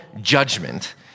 judgment